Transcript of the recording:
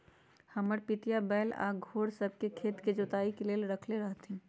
हमर पितिया बैल आऽ घोड़ सभ के खेत के जोताइ के लेल रखले हथिन्ह